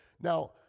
Now